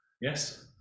yes